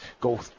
go